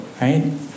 right